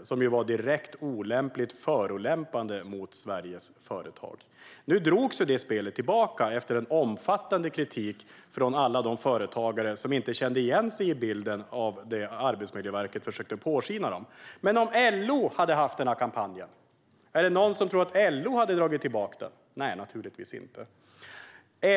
och som var direkt olämpligt förolämpande mot Sveriges företagare. Spelet drogs sedan tillbaka efter en omfattande kritik från alla de företagare som inte kände igen sig i det som Arbetsmiljöverket försökte påskina. Men om LO hade haft den här kampanjen, är det någon som tror att LO hade dragit tillbaka den? Nej, naturligtvis inte.